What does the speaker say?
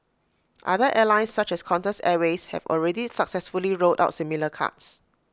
other airlines such as Qantas airways have already successfully rolled out similar cards